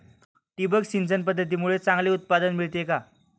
ठिबक सिंचन पद्धतीमुळे चांगले उत्पादन मिळते का?